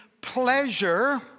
pleasure